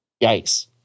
Yikes